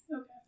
Okay